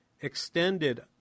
extended